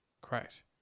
correct